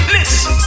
Listen